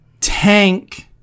tank